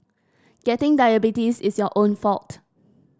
getting diabetes is your own fault